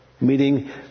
Meaning